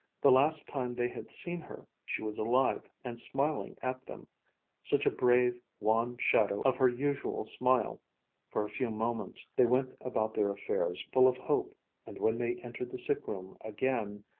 the last time they had seen her, she was alive and smiling at them such a brave, wan shadow of her usual smile for a few moments they went about their affairs, full of hope and when they entered the sick-room again